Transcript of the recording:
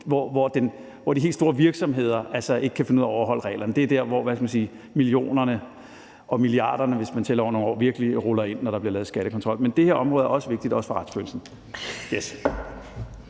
hvor de helt store virksomheder ikke kan finde ud af at overholde reglerne. Det er der, hvor millionerne og milliarderne, hvis man tæller over nogle år, virkelig ruller ind, når der bliver lavet skattekontrol. Men det her område er også vigtigt, også for retsfølelsen.